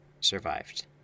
survived